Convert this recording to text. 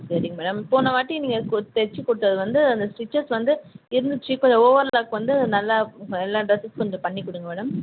சரிங்க மேடம் போன வாட்டி நீங்கள் கு தைச்சி கொடுத்தது வந்து அந்த ஸ்டிச்சஸ் வந்து இருந்துச்சு கொஞ்சம் ஓவர்லாக் வந்து நல்லா எல்லா ட்ரெஸ்ஸுக்கும் கொஞ்சம் பண்ணி கொடுங்க மேடம்